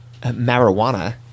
marijuana